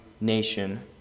nation